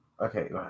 Okay